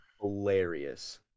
hilarious